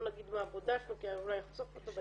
לא נגיד מה העבודה שלו כי אולי נחשוף אותו,